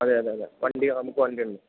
അതെയതെയതെ വണ്ടി നമുക്ക് വണ്ടിയുണ്ട്